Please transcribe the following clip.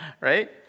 right